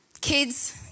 Kids